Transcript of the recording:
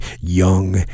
young